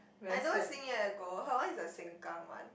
I know Xin-Ye go her one is the Sengkang one